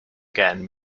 again